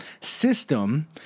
system